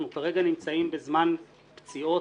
אנחנו כרגע נמצאים בזמן פציעות,